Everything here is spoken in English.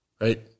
right